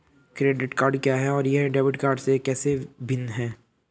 Credit card क्या है और यह डेबिट कार्ड से कैसे भिन्न है?